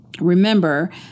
Remember